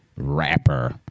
Rapper